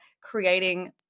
creating